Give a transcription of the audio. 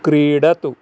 क्रीडतु